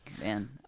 man